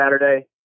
Saturday